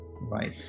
Right